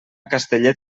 castellet